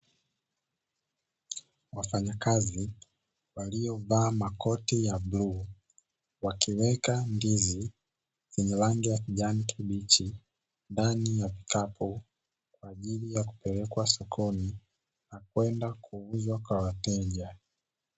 Wafanyakazi waliovaa makoti ya bluu, wakiweka ndizi zenye rangi ya kijani kibichi ndani ya kikapu, kwa ajili ya kupelekwa sokoni na kwenda kuuzwa kwa wateja.